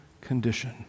condition